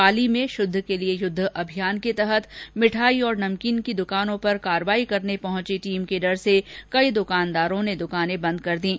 पाली में शुद्ध के लिए युद्ध अभियान के तहत मिठाई और नमकीन की दुकानों पर कार्रवाई करने पहुंची टीम के डर से कई दुकानदारों ने दुकानें बन्द कर दीं